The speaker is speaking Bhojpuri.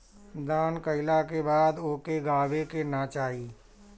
दान कइला के बाद ओके गावे के ना चाही